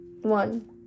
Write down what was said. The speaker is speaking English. One